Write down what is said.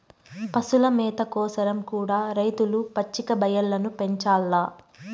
పశుల మేత కోసరం కూడా రైతులు పచ్చిక బయల్లను పెంచాల్ల